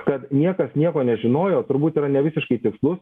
kad niekas nieko nežinojo turbūt yra nevisiškai tikslus